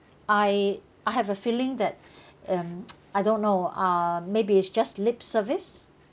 I I have a feeling that um I don't know uh maybe it's just lip service